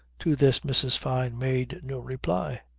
to this mrs. fyne made no reply.